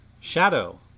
Shadow